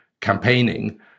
campaigning